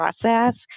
process